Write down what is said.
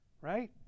right